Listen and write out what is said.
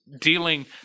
dealing